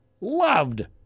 loved